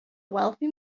wealthy